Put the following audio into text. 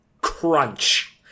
crunch